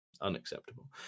Unacceptable